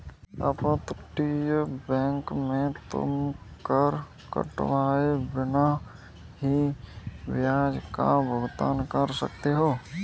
अपतटीय बैंक में तुम कर कटवाए बिना ही ब्याज का भुगतान कर सकते हो